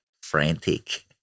frantic